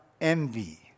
envy